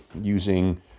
using